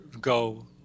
go